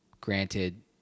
Granted